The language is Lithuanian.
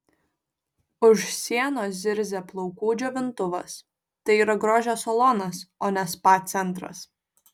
už sienos zirzia plaukų džiovintuvas tai yra grožio salonas o ne spa centras